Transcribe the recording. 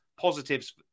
positives